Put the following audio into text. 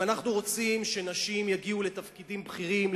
אם אנחנו רוצים שנשים יגיעו לתפקידים בכירים,